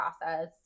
process